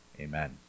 Amen